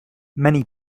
many